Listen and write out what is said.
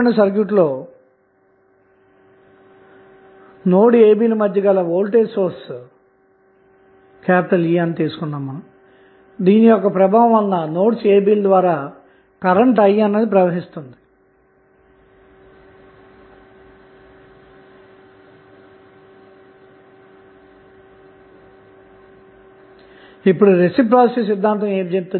అంతేకాకుండా లోడ్ ను మినహాయించి సరళసర్క్యూట్ మొత్తాన్ని థెవినిన్ ఈక్వివలెంట్ తో భర్తీ చేయవచ్చని మనం తెలుసుకున్నాము చిత్రంలో గమనించండి